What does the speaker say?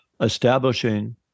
establishing